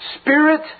spirit